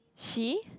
she